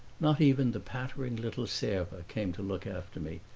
not even the pattering little serva came to look after me,